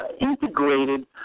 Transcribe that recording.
integrated